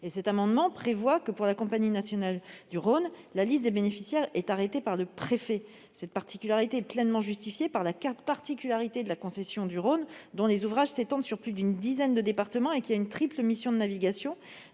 cet amendement, il est prévu que, pour la Compagnie nationale du Rhône, la liste des bénéficiaires soit arrêtée par le préfet. Cette particularité est pleinement justifiée par la particularité de la concession du Rhône, dont les ouvrages s'étendent sur plus d'une dizaine de départements, et qui a une triple mission- cela a